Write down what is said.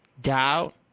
Doubt